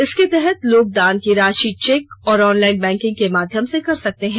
इसके तहत लोग दान की राषि चेक और ऑनलाईन बैंकिंग के माध्यम से कर सकते हैं